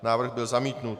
Návrh byl zamítnut.